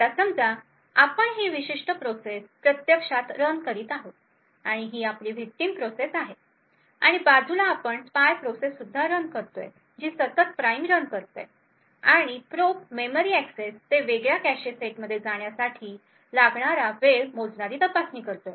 आता समजा आपण ही विशिष्ट प्रोसेस प्रत्यक्षात रन करीत आहोत आणि ही आपली विक्टिम प्रोसेस आहे आणि बाजूला आपण स्पाय प्रोसेस सुद्धा रन करतोय जी सतत प्राइम रन करते आणि प्रोब मेमरी एक्सेस ते वेगळ्या कॅशेसेटमध्ये जाण्यासाठी लागणारा वेळ मोजणारी तपासणी करतो